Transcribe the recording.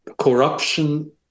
corruption